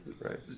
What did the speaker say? right